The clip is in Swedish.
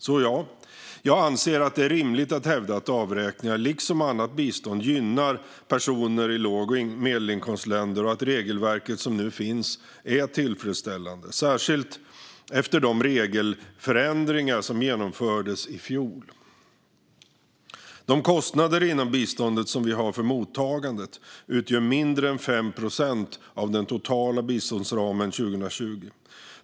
Så ja, jag anser att det är rimligt att hävda att avräkningar, liksom annat bistånd, gynnar personer i låg och medelinkomstländer och att det regelverk som nu finns är tillfredsställande, särskilt efter de regelförändringar som genomfördes i fjol. De kostnader inom biståndet som vi har för mottagandet utgör mindre än 5 procent av den totala biståndsramen 2020.